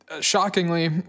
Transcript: shockingly